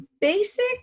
basic